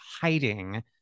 hiding